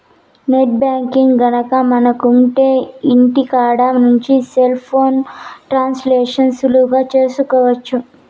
net banking గనక మనకు ఉంటె ఇంటికాడ నుంచి సెల్ ఫోన్లో ట్రాన్సాక్షన్స్ సులువుగా చేసుకోవచ్చు